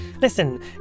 listen